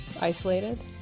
isolated